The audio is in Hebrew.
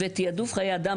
ותיעדוף חיי אדם,